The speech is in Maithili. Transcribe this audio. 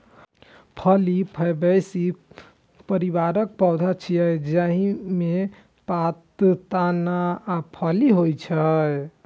फली फैबेसी परिवारक पौधा छियै, जाहि मे पात, तना आ फली होइ छै